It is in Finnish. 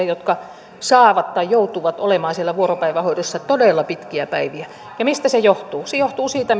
jotka saavat olla tai joutuvat olemaan siellä vuoropäivähoidossa todella pitkiä päiviä ja mistä se johtuu se johtuu siitä